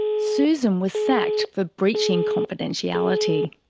susan was sacked for breaching confidentiality.